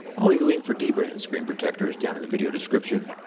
i'll leave a link for dbrand screen protectors down in the video description.